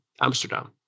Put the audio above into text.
Amsterdam